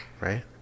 Right